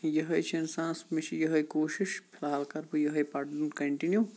یِہے چھِ اِنسانَس مےٚ چھِ یِہے کوٗشِش فی الحال کَرٕ بہٕ یُہے پرُن کَنٹِنیو